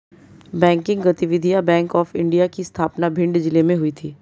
banking गतिविधियां bank of India की स्थापना भिंड जिले में हुई थी